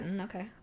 okay